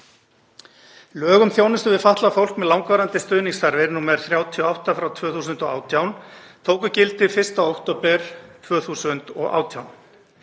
Lög um þjónustu við fatlað fólk með langvarandi stuðningsþarfir, nr. 38/2018, tóku gildi 1. október 2018.